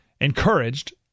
encouraged